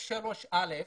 3(א)